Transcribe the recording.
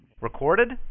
Recorded